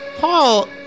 Paul